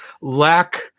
lack